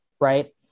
Right